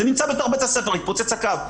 זה נמצא בתוך בית הספר, התפוצץ הקו.